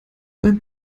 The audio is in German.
beim